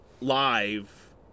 live